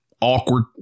Awkward